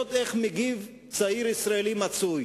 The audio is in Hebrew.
ולראות איך מגיע צעיר ישראלי מצוי